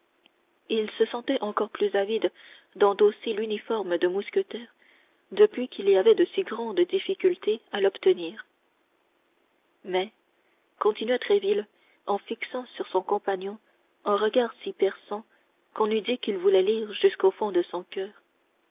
il se sentait encore plus avide d'endosser l'uniforme de mousquetaire depuis qu'il y avait de si grandes difficultés à l'obtenir mais continua tréville en fixant sur son compatriote un regard si perçant qu'on eût dit qu'il voulait lire jusqu'au fond de son coeur